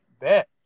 bet